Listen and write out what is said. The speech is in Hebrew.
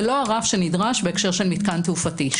זה לא הרף שנדרש בהקשר מתקן תעופתי.